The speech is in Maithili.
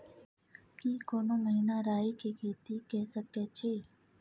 की कोनो महिना राई के खेती के सकैछी?